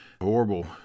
horrible